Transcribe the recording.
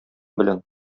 белән